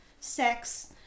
sex